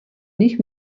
nicht